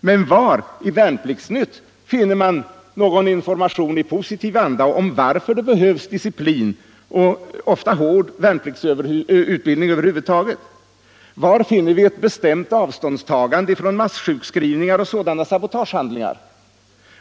Men var i Värnpliktsnytt finner man någon information i positiv anda om varför det behövs disciplin och ofta hård värnpliktsutbildning över huvud taget? Var finner vi ett bestämt avståndstagande från masssjukskrivning och andra sabotagehandlingar?